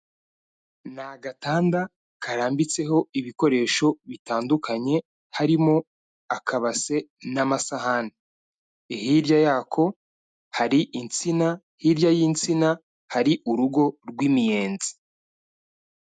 Ni agatanda karambitseho ibikoresho bitandukanye, harimo akabase n'amasahani. Hirya yako hari insina, hirya y'insina hari urugo rw'imiyenzi.